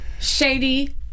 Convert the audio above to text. Shady